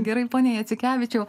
gerai pone jacikevičiau